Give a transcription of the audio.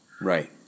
Right